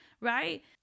right